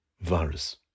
virus